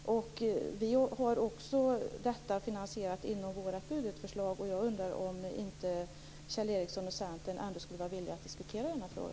Vi har finansierat detta inom vårt budgetförslag. Jag undrar om Kjell Ericsson och Centern ändå inte skulle vara villiga att diskutera denna fråga.